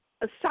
aside